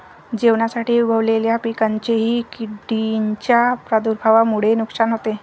जेवणासाठी उगवलेल्या पिकांचेही किडींच्या प्रादुर्भावामुळे नुकसान होते